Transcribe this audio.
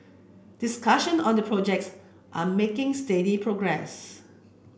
discussion on the projects are making steady progress